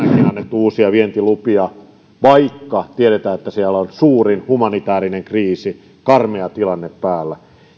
uusia vientilupia vaikka tiedetään että siellä on suuri humanitäärinen kriisi karmea tilanne päällä